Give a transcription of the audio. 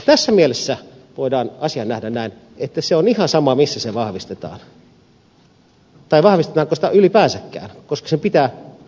tässä mielessä voidaan asia nähdä näin että se on ihan sama missä se vahvistetaan tai vahvistetaanko sitä ylipäänsäkään koska pitää noudattaa niitä lakeja